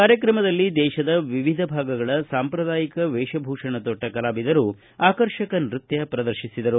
ಕಾರ್ಯಕ್ರಮದಲ್ಲಿ ದೇಶದ ವಿವಿಧ ಭಾಗಗಳ ಸಾಂಪ್ರದಾಯಿಕ ವೇಷಭೂಷಣ ತೊಟ್ಟ ಕಲಾವಿದರು ಆಕರ್ಷಕ ನೃತ್ಯ ಪ್ರದರ್ತಿಸಿದರು